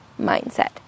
mindset